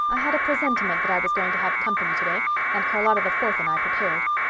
i had a presentiment that i was going to have company today and charlotta the fourth and i prepared.